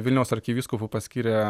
vilniaus arkivyskupu paskyrė